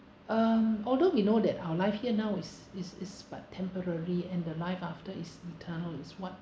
um although we know that our life here now is is is but temporary and the life after is eternal is what